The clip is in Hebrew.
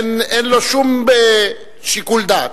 אין לו שום שיקול דעת.